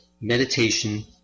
meditation